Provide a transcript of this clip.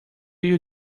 you